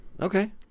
Okay